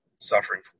suffering